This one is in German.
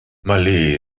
malé